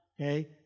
okay